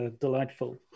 delightful